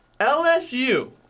LSU